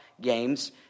games